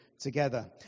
together